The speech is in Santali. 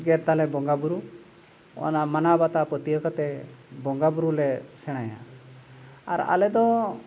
ᱜᱮᱛᱟᱞᱮ ᱵᱚᱸᱜᱟ ᱵᱩᱨᱩ ᱚᱱᱟ ᱢᱟᱱᱟᱣ ᱵᱟᱛᱟᱣ ᱯᱟᱹᱛᱤᱭᱟᱹᱣ ᱠᱟᱛᱮ ᱵᱚᱸᱜᱟ ᱵᱩᱨᱩᱞᱮ ᱥᱮᱬᱟᱭᱟ ᱟᱨ ᱟᱞᱮᱫᱚ